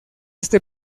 este